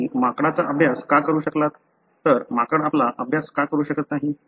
तुम्ही माकडाचा अभ्यास का करू शकलात तर माकड आपला अभ्यास का करू शकत नाही